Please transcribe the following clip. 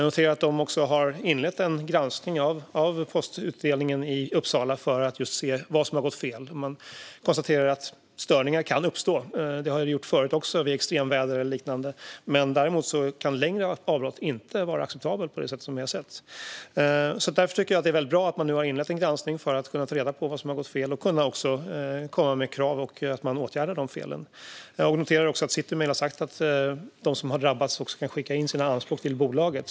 Jag noterar att de också har inlett en granskning av postutdelningen i Uppsala för att se vad som har gått fel. Man konstaterar att störningar kan uppstå. Det har hänt förut också, vid extremväder eller liknande. Däremot är längre avbrott av den typ som vi har sett inte acceptabla. Jag tycker att det är bra att man nu har inlett en granskning för att ta reda på vad som har gått fel och också kan komma med krav om att felen ska åtgärdas. Jag noterar också att Citymail har sagt att de som har drabbats kan skicka in sina anspråk till bolaget.